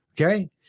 Okay